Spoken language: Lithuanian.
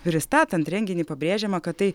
pristatant renginį pabrėžiama kad tai